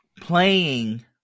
playing